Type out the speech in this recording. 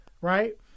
right